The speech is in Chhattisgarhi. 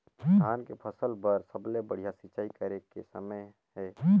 धान के फसल बार सबले बढ़िया सिंचाई करे के समय हे?